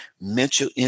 mental